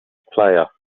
player